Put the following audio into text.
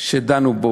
שדנו בו,